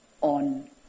on